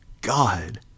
God